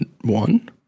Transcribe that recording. one